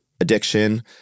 addiction